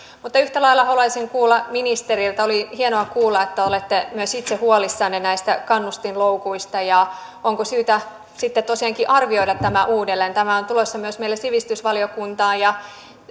mutta yhtä lailla haluaisin kuulla ministeriltä oli hienoa kuulla että olette myös itse huolissanne näistä kannustinloukuista onko syytä sitten tosiaankin arvioida tämä uudelleen tämähän on tulossa myös meille sivistysvaliokuntaan ja